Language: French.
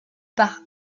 par